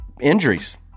injuries